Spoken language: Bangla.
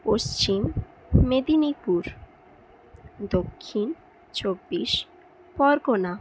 পশ্চিম মেদিনীপুর দক্ষিণ চব্বিশ পরগনা